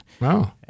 Wow